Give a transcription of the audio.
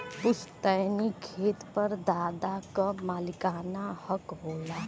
पुस्तैनी खेत पर दादा क मालिकाना हक होला